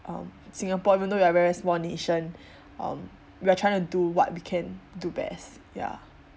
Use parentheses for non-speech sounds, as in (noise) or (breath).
um singapore even though we are a very small nation (breath) um we are trying to do what we can do best ya